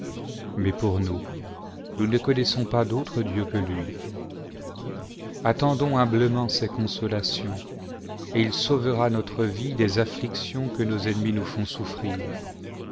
mais pour nous nous ne connaissons pas d'autre dieu que lui attendons humblement ses consolations et il sauvera notrç vie des afflictions que nos ennemis nous font soufirir